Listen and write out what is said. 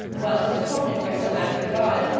while his opponent, by some act of god,